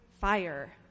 fire